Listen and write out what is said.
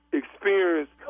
experience